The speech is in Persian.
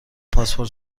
پاسپورت